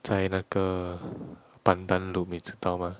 在那个 pandan loop 你知道 mah